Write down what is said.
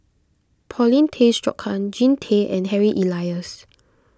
Paulin Tay Straughan Jean Tay and Harry Elias